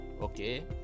Okay